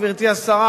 גברתי השרה,